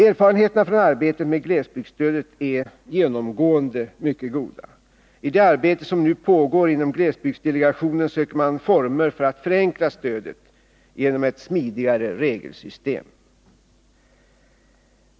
Erfarenheterna från arbetet med glesbygdsstödet är genomgående mycket goda. I det arbete som nu pågår inom glesbygdsdelegationen söker man former för att förenkla stödet genom ett smidigare regelsystem.